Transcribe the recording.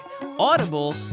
audible